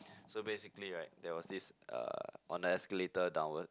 so basically right there was this uh on the escalator downward